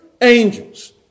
angels